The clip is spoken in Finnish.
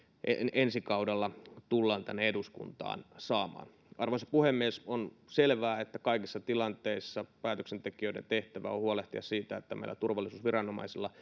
ensi kaudella tullaan tänne eduskuntaan saamaan arvoisa puhemies on selvää että kaikissa tilanteissa päätöksentekijöiden tehtävä on huolehtia siitä että meillä turvallisuusviranomaisilla